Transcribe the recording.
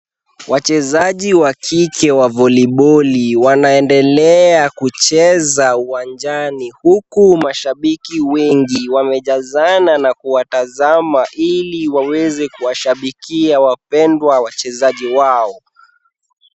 Wachezaji wa kike wa voliboli wanaendelea kucheza uwanjani huku mashabiki wengi wamejazana na kuwatazama ili waweze kuwashabikia wapendwa wachezaji wao.